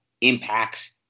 impacts